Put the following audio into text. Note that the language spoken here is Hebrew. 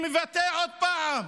שמבטא, עוד פעם,